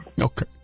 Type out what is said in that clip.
Okay